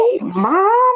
mom